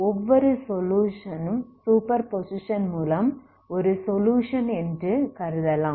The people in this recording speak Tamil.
ஒவ்வொரு சொலுயுஷன் ம் சூப்பர்பொசிசன் மூலம் ஒரு சொலுயுஷன் என்று கருதலாம்